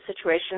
situation